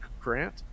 Grant